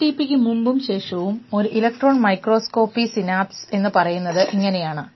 എൽടിപിക്ക് മുമ്പും ശേഷവും ഒരു ഇലക്ട്രോൺ മൈക്രോസ്കോപ്പി സിനാപ്സസ് എന്ന് പറയുന്നത് ഇങ്ങനെയാണ്